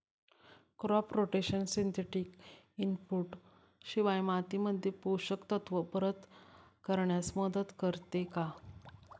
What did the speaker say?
Crop rotation synthetic input शिवाय मातीमध्ये पोषक तत्त्व परत करण्यास मदत करते का?